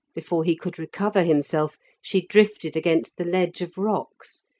before he could recover himself, she drifted against the ledge of rocks,